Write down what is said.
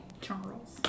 Charles